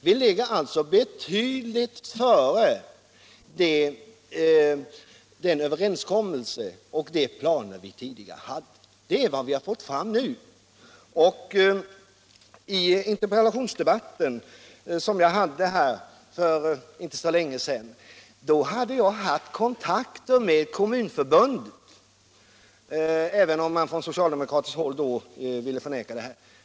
Vi ligger alltså väsentligt före den träffade överenskommelsen och de planer vi tidigare hade. Det är vad vi fått fram nu. Inför interpellationsdebatten som jag förde här för inte så länge sedan hade jag haft kontakter med Kommunförbundet — även om man från socialdemokratiskt håll vill förneka det.